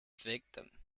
victim